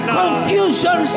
confusion